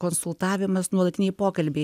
konsultavimas nuolatiniai pokalbiai